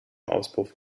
auspuff